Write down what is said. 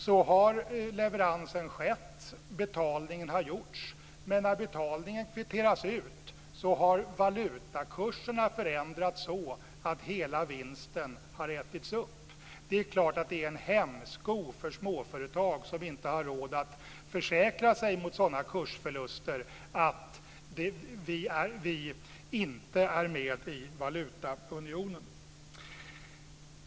Så har leveransen skett och betalningen har gjorts, men när betalningen kvitteras ut har valutakurserna förändrats så att hela vinsten har ätits upp. Det är klart att det är en hämsko för småföretag som inte har råd att försäkra sig mot sådana kursförluster att vi inte är med i valutaunionen.